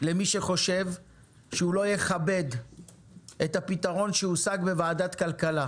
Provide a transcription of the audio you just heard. למי שחושב שהוא לא יכבד את הפתרון שהושג בוועדת הכלכלה,